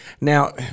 Now